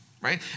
right